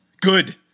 Good